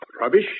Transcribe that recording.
Rubbish